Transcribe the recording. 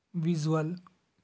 visual